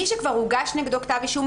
מי שכבר הוגש נגדו כתב אישום,